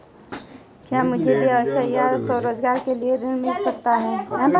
क्या मुझे व्यवसाय या स्वरोज़गार के लिए ऋण मिल सकता है?